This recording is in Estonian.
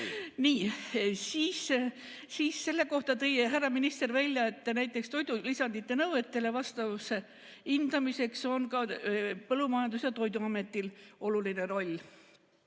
okei. Nii. Selle kohta tõi härra minister välja, et näiteks toidulisandite nõuetele vastavuse hindamiseks on ka Põllumajandus‑ ja Toiduametil oluline roll.